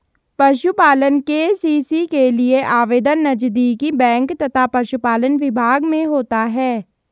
पशुपालन के.सी.सी के लिए आवेदन नजदीकी बैंक तथा पशुपालन विभाग में होता है